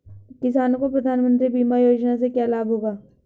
किसानों को प्रधानमंत्री बीमा योजना से क्या लाभ होगा?